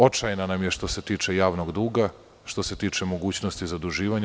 Očajna nam je što se tiče javnog duga, što se tiče mogućnosti zaduživanja.